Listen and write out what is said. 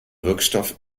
wirkstoff